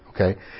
Okay